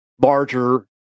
larger